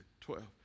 Twelve